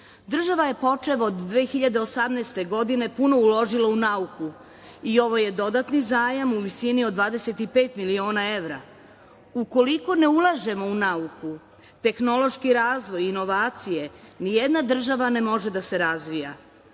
Država je počev od 2018. godine puno uložila u nauku i ovo je dodatni zajam u visini od 25 miliona evra. ukoliko ne ulažemo u nauku, tehnološki razvoj i inovacije nijedna država ne može da se razvija.